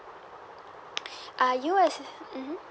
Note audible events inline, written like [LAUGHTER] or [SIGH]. [BREATH] are you a mmhmm